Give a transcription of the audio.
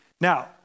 Now